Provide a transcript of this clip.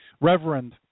Reverend